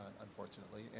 unfortunately